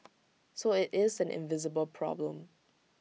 so IT is an invisible problem